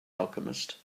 alchemist